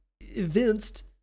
evinced